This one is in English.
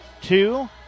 two